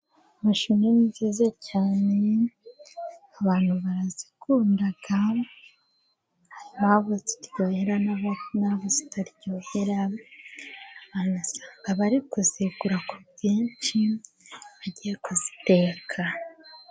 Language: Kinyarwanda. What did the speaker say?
Amashu ni meza cyane abantu barayakunda. Hari abo aryohera n'abo ataryohera, abantu usanga bari kuyagura ku bwinshi, bagiye kuyateka.